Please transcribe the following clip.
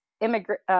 immigrant